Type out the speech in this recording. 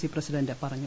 C president പറഞ്ഞു